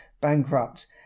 bankrupt